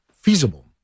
feasible